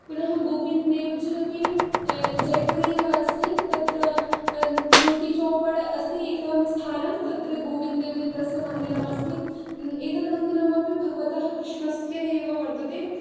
पुनः गोविन्ददेवजी अपि जयपुरे एव अस्ति तत्र छोटीचौपड् अस्ति एकं स्थानं तत्र गोविन्ददेवजी तस्य मन्दिरम् अस्ति एतत् मन्दिरमपि भगवतः कृष्णस्य एव वर्तते